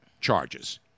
charges